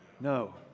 No